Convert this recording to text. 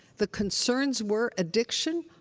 the concerns were addiction,